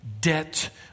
debt